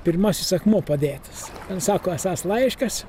pirmasis akmuo padėtas ten sako esąs laiškas